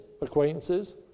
acquaintances